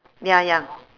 ya ya